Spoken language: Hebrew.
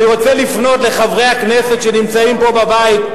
אני רוצה לפנות לחברי הכנסת שנמצאים פה בבית.